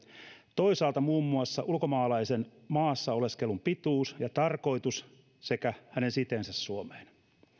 toisaalta muun muassa ulkomaalaisen maassa oleskelun pituus ja tarkoitus sekä hänen siteensä suomeen